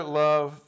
love